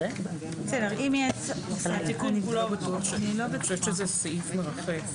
אני חושבת שזה סעיף מרחף.